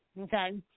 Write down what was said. okay